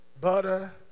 butter